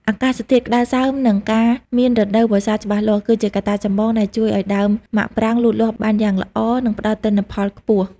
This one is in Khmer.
អាកាសធាតុក្តៅសើម និងការមានរដូវវស្សាច្បាស់លាស់ គឺជាកត្តាចម្បងដែលជួយឱ្យដើមមាក់ប្រាងលូតលាស់បានយ៉ាងល្អ និងផ្តល់ទិន្នផលខ្ពស់។